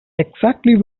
exactly